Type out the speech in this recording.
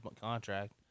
contract